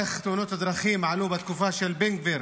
איך מספר תאונות הדרכים עלה בתקופה של בן גביר